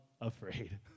Afraid